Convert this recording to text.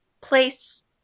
place